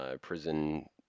prison